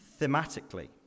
thematically